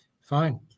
fine